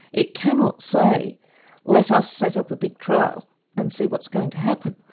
it cannot say let us set up a big trial and see what's going to happen.